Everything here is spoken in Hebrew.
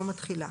יום התחילה).